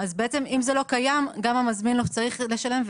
אם זה לא קיים גם המזמין לא צריך לשלם.